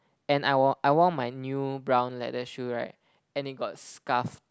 and I wore I wore my new brown leather shoe right and it got scuffed